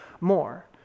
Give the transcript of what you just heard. more